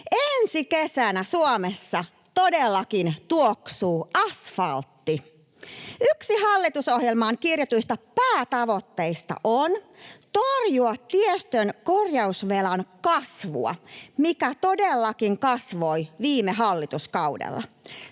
Ensi kesänä Suomessa todellakin tuoksuu asfaltti. Yksi hallitusohjelmaan kirjatuista päätavoitteista on torjua tiestön korjausvelan kasvua — mikä todellakin kasvoi viime hallituskaudella